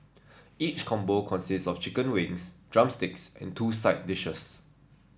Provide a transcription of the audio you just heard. each combo consists of chicken wings drumsticks and two side dishes